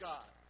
God